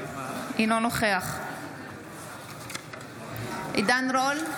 אינו נוכח עידן רול,